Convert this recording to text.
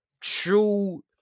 true